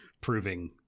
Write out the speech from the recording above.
proving